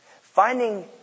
Finding